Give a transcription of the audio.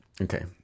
Okay